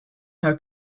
her